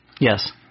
Yes